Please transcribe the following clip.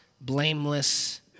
blameless